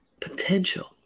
potential